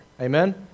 Amen